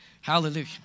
Hallelujah